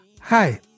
hi